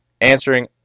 answering